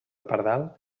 pardal